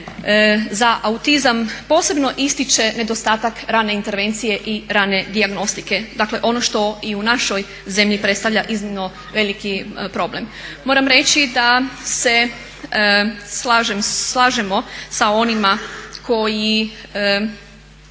za autizam posebno ističe nedostatak rane intervencije i rane dijagnostike, dakle ono što i u našoj zemlji predstavlja iznimno veliki problem. Moram reći da se slažemo sa onima koji